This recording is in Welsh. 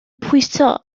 pwyso